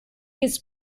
his